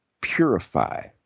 purify